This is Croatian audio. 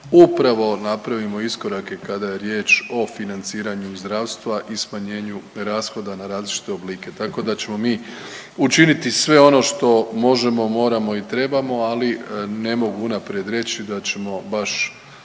upravo napravimo iskorake kada je riječ o financiranju zdravstva i smanjenju rashoda na različite oblike. Tako da ćemo mi učiniti sve ono što možemo, moramo i trebamo, ali ne mogu unaprijed reći da ćemo baš